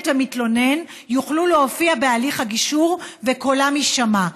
ומתלונן יוכלו להופיע בהליך הגישור וקולם יישמע.